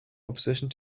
opposition